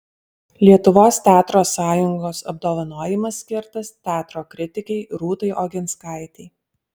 lietuvos teatro sąjungos apdovanojimas skirtas teatro kritikei rūtai oginskaitei